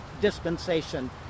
dispensation